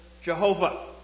Jehovah